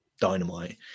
dynamite